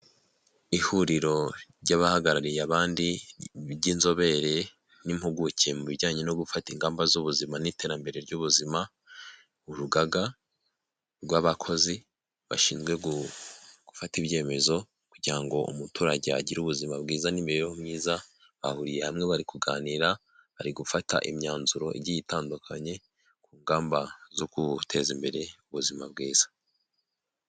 Ihuriro ry'abahagarariye abandi ry'inzobere n'impuguke mu bijyanye no gufata ingamba z'ubuzima n'iterambere ry'ubuzima, urugaga rw'abakozi bashinzwe gufata ibyemezo kugira ngo umuturage agire ubuzima bwiza n'imibereho myiza, bahuriye hamwe bari kuganira, bari gufata imyanzuro igiye itandukanye ku ngamba zo guteza imbere ubuzima bwiza.